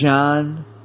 John